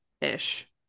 ish